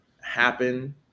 happen